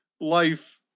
life